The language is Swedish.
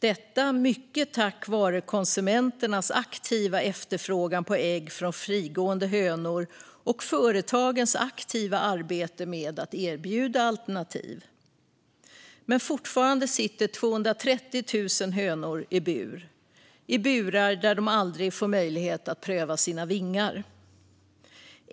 Detta är mycket tack vare konsumenternas aktiva efterfrågan på ägg från frigående hönor och företagens aktiva arbete med att erbjuda alternativ, men fortfarande sitter 230 000 hönor i burar där de aldrig får möjlighet att pröva sina vingar.